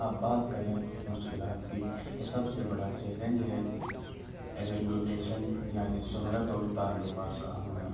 آپ بات کریں مشکلات کی تو سب سے بڑا چیلنج ہے ریپوٹیشن یعنی شہرت اور تعلقات کا ہونا